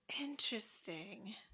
Interesting